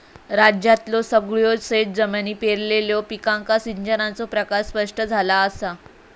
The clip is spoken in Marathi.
राज्यातल्यो सगळयो शेतजमिनी पेरलेल्या पिकांका सिंचनाचो प्रकार स्पष्ट झाला असा